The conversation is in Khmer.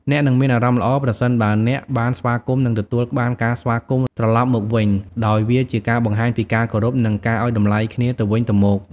អ្នកនឹងមានអារម្មណ៍ល្អ ប្រសិនបើអ្នកបានស្វាគមន៍និងទទួលបានការស្វាគមន៍ត្រឡប់មកវិញ ដោយវាជាការបង្ហាញពីការគោរពនិងការឲ្យតម្លៃគ្នាទៅវិញទៅមក។